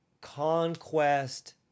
conquest